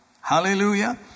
Hallelujah